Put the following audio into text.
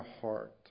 heart